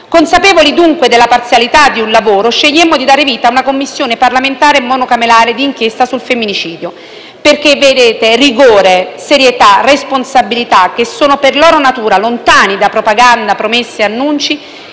Consapevoli dunque della parzialità del lavoro, scegliemmo di dar vita a una Commissione parlamentare monocamerale d'inchiesta sul femminicidio, perché rigore, serietà, responsabilità - che sono per loro natura lontani da propaganda, promesse e annunci